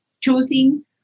choosing